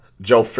Joe